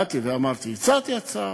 באתי ואמרתי, הצעתי הצעה: